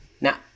Now